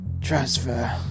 transfer